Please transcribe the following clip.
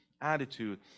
attitude